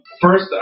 First